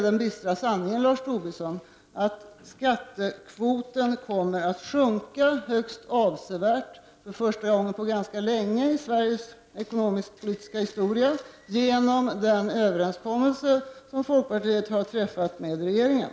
Den bistra sanningen, Lars Tobisson, är den att skattekvoten kommer att sjunka högst avsevärt. Detta sker för första gången på ganska länge i Sveriges ekonomisk-politiska historia och det till följd av den överenskommelse som folkpartiet har träffat med regeringen.